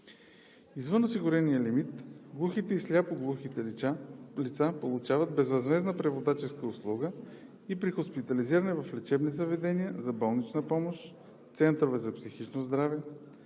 Извън осигурения лимит глухите и сляпо-глухите лица получават безвъзмездна преводаческа услуга и при хоспитализиране в лечебни заведения за болнична помощ, центрове за психично здраве,